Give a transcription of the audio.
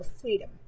freedom